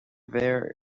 mhéar